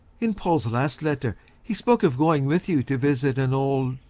in paul's last letter he spoke of going with you to visit an old.